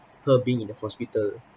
her being in the hospital